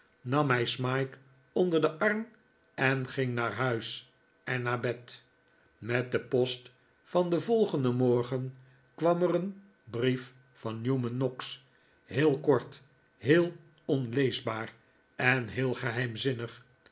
nam hij smike onder den arm en ging naar huis en naar bed met de post van den volgenden morgen kwam er een brief van newman noggs heel kort heel onleesbaar en heel geheimzinnig